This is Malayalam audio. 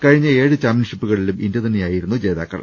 കഴിഞ്ഞ ഏഴ് ചാമ്പ്യൻഷിപ്പുകളിലും ഇന്ത്യ തന്നെയായിരുന്നു ജേതാക്കൾ